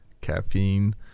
caffeine